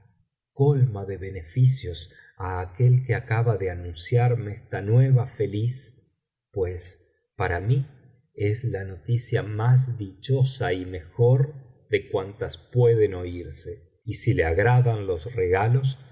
colma de beneficios á aquel que acaba de anunciarme esta nueva feliz pues para mí es la noticia más dichosa y mejor de cuántas pueden oírse y si le agradan los regalos